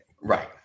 Right